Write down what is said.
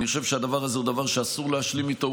אני חושב שהדבר הזה הוא דבר שאסור להשלים איתו.